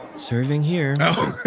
serving here oh,